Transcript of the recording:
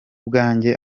bwanjye